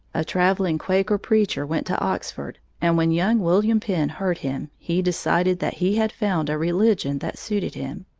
a traveling quaker preacher went to oxford, and when young william penn heard him, he decided that he had found a religion that suited him.